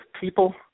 people